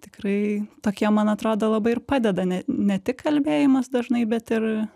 tikrai tokie man atrodo labai ir padeda ne ne tik kalbėjimas dažnai bet ir